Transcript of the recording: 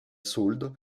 sauldre